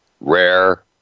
rare